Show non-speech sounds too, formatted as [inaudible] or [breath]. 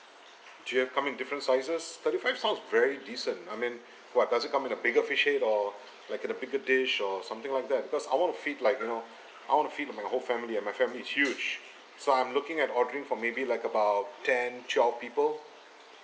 g~ have come in different sizes thirty five sounds very decent I mean [breath] what does it come with a bigger fish head or like in a bigger dish or something like that because I want to feed like you know I want to feed my whole family and my family is huge so I'm looking at ordering for maybe like about ten twelve people